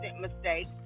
mistakes